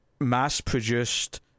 mass-produced